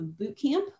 Bootcamp